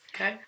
Okay